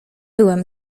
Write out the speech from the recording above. byłem